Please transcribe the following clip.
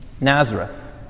Nazareth